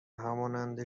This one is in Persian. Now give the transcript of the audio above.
همانند